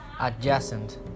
adjacent